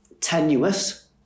tenuous